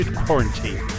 quarantine